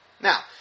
Now